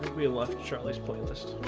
we love to charli's pointless,